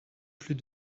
plus